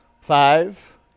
Five